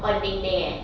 oh the dinding eh